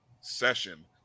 session